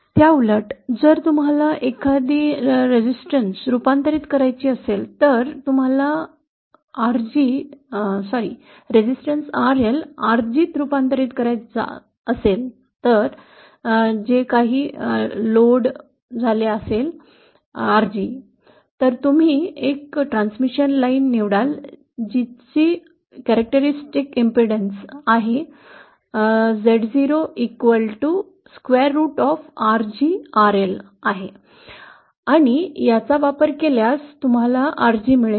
त्याउलट जर तुम्हाला एखादी अडचण रूपांतरित करायची असेल तर तुम्हाला प्रतिकार RG sorry resistance RL RG त रूपांतरित करायचा आहे जे काही भार RG लोड झाले असेल तर तुम्ही एक ट्रांसमिशन लाइन निवडाल जी ची वैशिष्ट्यपूर्ण गतिरोधक वर्गमूळ RL RG z0 square root आहे आणि याचा वापर केल्यास तुम्हाला RG मिळेल